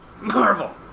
Marvel